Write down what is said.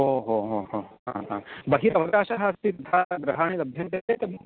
ओहो ओहो हा हा बहिरवकाशः अस्ति तथा गृहाणि लभ्यन्ते चेत्